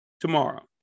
Tomorrow